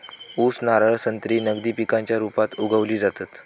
ऊस, नारळ, संत्री नगदी पिकांच्या रुपात उगवली जातत